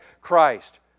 Christ